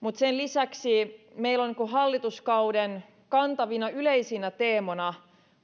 mutta sen lisäksi meillä on hallituskauden kantavina yleisinä teemoina